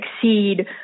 succeed